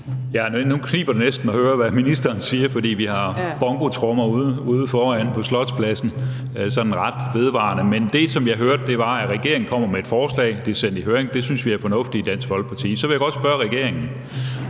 det næsten med at høre, hvad ministeren siger, fordi vi har bongotrommer ude foran på Slotspladsen sådan ret vedvarende. Men det, som jeg hørte, var, at regeringen kommer med et forslag, det er sendt i høring, og i Dansk Folkeparti synes vi, det er fornuftigt. Så vil jeg godt spørge regeringen: